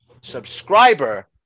subscriber